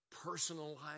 personalized